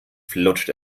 flutscht